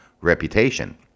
reputation